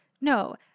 No